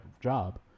job